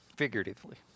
figuratively